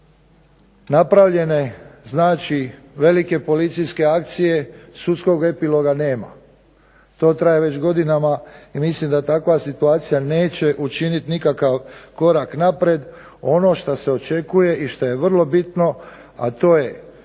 napravljene velike policijske akcije, sudskog epiloga nema. To traje već godinama i mislim da takva situacija neće učiniti nikakav korak naprijed. Ono što se očekuje i što je vrlo bitno a to je